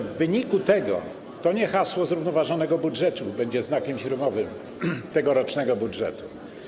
W wyniku tego to nie hasło zrównoważonego budżetu będzie znakiem firmowym tegorocznego budżetu.